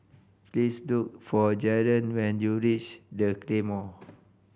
please look for Jaren when you reach The Claymore